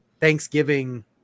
Thanksgiving